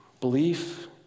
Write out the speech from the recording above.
Belief